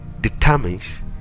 determines